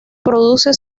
produce